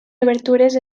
obertures